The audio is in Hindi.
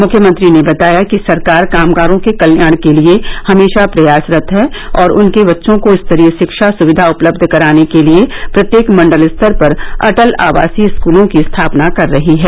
मुख्यमंत्री ने बताया कि सरकार कामगारों के कल्याण के लिए हमेशा प्रयासरत है और उनके बच्चों को स्तरीय शिक्षा सुविधा उपलब्ध कराने के लिए प्रत्येक मंडल स्तर पर अटल आवासीय स्कूलों की स्थापना कर रही है